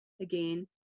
again